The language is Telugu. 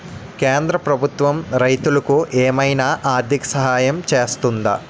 కేంద్ర ప్రభుత్వం రైతులకు ఏమైనా ఆర్థిక సాయం చేస్తుందా?